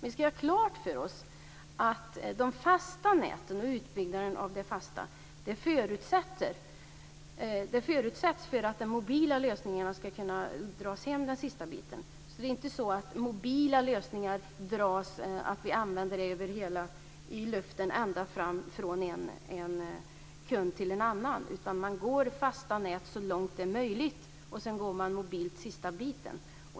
Vi ska ha klart för oss att utbyggnaden av det fasta nätet är en förutsättning för att man ska kunna ha en mobil lösning den sista biten. Vi kan inte använda mobila lösningar hela vägen från en kund till en annan, utan man använder fasta nät så långt det är möjligt och sedan mobilt sista biten.